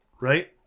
right